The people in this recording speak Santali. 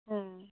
ᱦᱮᱸ